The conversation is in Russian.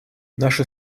наши